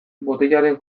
botilaren